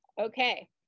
Okay